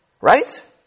Right